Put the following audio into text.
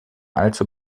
allzu